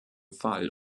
fall